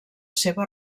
seva